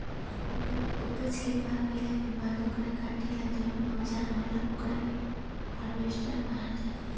ऊपज के पाक गईला के बाद ओकरा काटे ला जवन औजार होला ओकरा के हार्वेस्टर कहाला